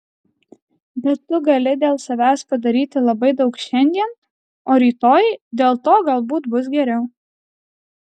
bet tu gali dėl savęs padaryti labai daug šiandien o rytoj dėl to galbūt bus geriau